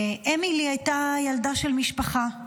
אמילי הייתה ילדה של משפחה,